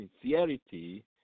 sincerity